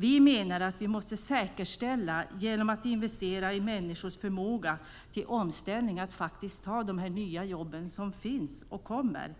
Vi menar att vi måste säkerställa detta genom att investera i människors förmåga till omställning för att de ska kunna ta de nya jobb som finns och som kommer.